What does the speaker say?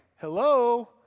hello